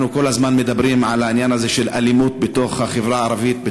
אנחנו כל הזמן מדברים על העניין הזה של אלימות בתוך החברה הערבית,